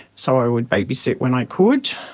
so i would babysit when i could,